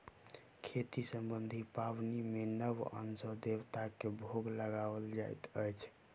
खेती सम्बन्धी पाबनि मे नव अन्न सॅ देवता के भोग लगाओल जाइत अछि